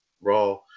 Raw